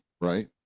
Right